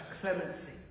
clemency